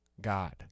God